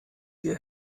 ihr